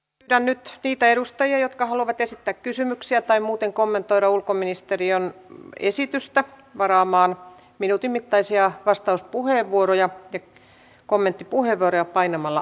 pyydän nyt niitä edustajia jotka haluavat esittää kysymyksiä tai muuten kommentoida ulkoministeriön esitystä varaamaan minuutin mittaisia vastauspuheenvuoroja ja kommenttipuheenvuoroja painamalla v painiketta